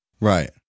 Right